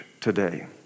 today